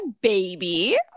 baby